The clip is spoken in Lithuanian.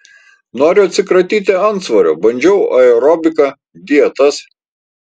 noriu atsikratyti antsvorio bandžiau aerobiką dietas